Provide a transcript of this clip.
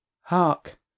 Hark